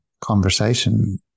conversation